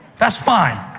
that's fine.